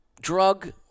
drug